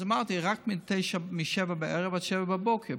אז אמרתי: רק מ-19:00 עד 07:00, בבוקר.